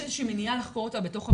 איזה שהיא מניעה לחקור אותה בתוך המרכז.